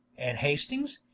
and hastings,